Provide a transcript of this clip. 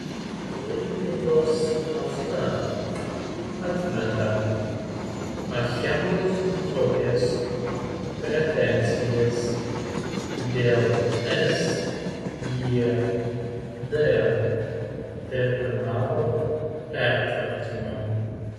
klaipėdos nafta atmeta achemos grupės pretenzijas dėl sgd terminalo pertvarkymo